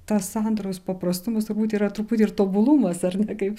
tas sandaros paprastumas turbūt yra truputį ir tobulumas ar ne kaip